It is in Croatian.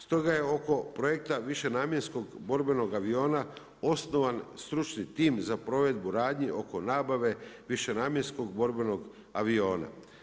Stoga je oko projekta višenamjenskog borbenog aviona osnovan stručni tim za provedbu radnji oko nabave višenamjenskog borbenog aviona.